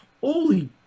holy